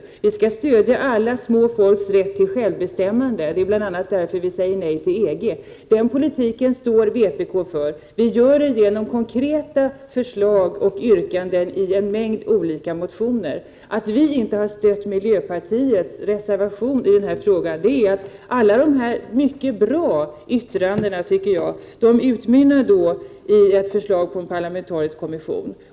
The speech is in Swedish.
Sverige skall stödja alla små folks rätt till självbestämmande. Det är bl.a. därför som vpk säger nej till EG. Den politiken står vpk för. Vi gör det genom konkreta förslag och Att vi inte har stött miljöpartiets reservation i denna fråga beror på att alla dessa yttranden, som är mycket bra, utmynnar i ett förslag om en parlamentarisk kommission.